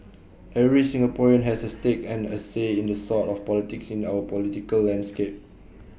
every Singaporean has A stake and A say in the sort of politics in our political landscape